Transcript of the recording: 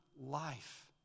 life